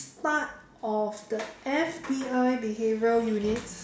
part of the F_B_I behavioural units